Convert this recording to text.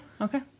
Okay